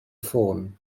ffôn